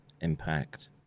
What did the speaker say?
impact